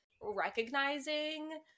recognizing